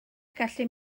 gallu